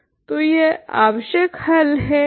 तो यह आवश्यक हल है